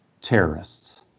terrorists